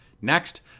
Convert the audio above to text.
next